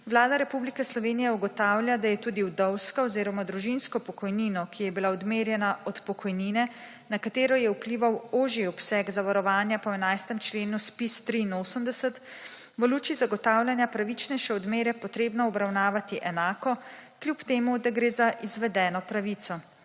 Vlada Republike Slovenije ugotavlja, da je tudi vdovsko oziroma družinsko pokojnino, ki je bila odmerjena od pokojnine, na katero je vplival ožji obseg zavarovanja po 11. členu ZPIZ 83 v luči zagotavljanja pravičnejše odmere potrebno obravnavati enako, kljub temu da gre za izvedeno pravico.